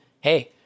Hey